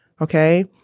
Okay